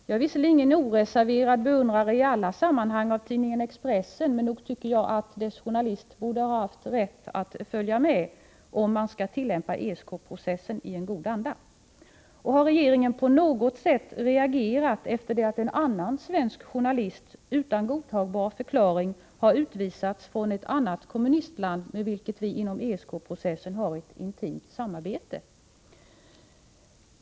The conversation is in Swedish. Jag är visserligen ingen oreserverad beundrare i alla sammanhang av tidningen Expressen, men nog tycker jag att dess journalist borde ha haft rätt att följa med, om man skall tillämpa ESK-processen i en god anda. Har regeringen på något sätt reagerat efter det att en annan svensk journalist utan godtagbar förklaring har utvisats från ett annat kommunistland med vilket vi inom ESK-processen har ett intimt samarbete?